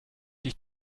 dich